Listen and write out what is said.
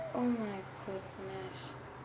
oh my goodness